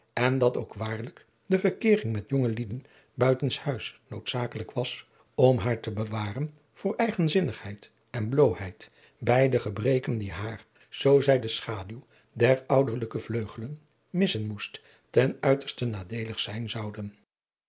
en dat ook waarlijk de verkeering met jonge lieden buiten s huis noodzakelijk was om haar te bewaren voor eigenzinnigheid en bloôheid beide gebreken die haar zoo zij de schaduw der ouderlijke vleugelen missen moest ten uiterste nadeelig zijn zouden